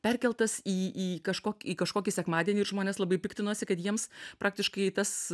perkeltas į į kažkok į kažkokį sekmadienį ir žmonės labai piktinosi kad jiems praktiškai tas